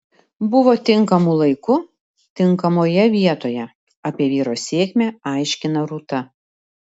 buvo tinkamu laiku tinkamoje vietoje apie vyro sėkmę aiškina rūta